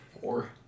Four